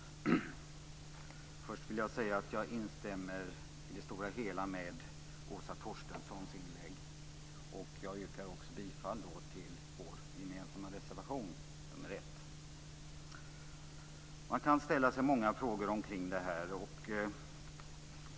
Fru talman! Först vill jag säga att jag i det stora hela instämmer i Åsa Torstenssons inlägg. Jag yrkar också bifall till vår gemensamma reservation nr 1. Man kan ställa sig många frågor kring detta.